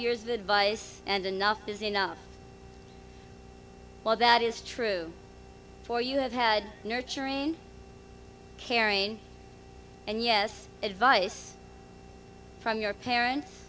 years the bias and enough is enough while that is true for you have had nurturing caring and yes advice from your parents